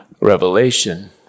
revelation